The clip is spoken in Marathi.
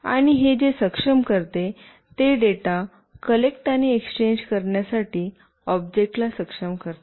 आणि हे जे सक्षम करते ते डेटा कलेक्ट आणि एक्सचेंज करण्यासाठी ऑब्जेक्टला सक्षम करते